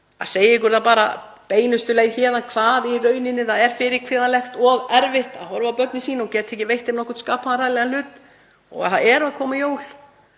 að segja ykkur það bara beinustu leið héðan hvað í rauninni það er fyrirkvíðanlegt og erfitt að horfa á börnin sín og geta ekki veitt þeim nokkurn skapaðan hræranlegan hlut þegar það eru að koma jól.